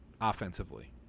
offensively